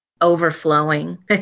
overflowing